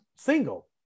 single